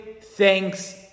thanks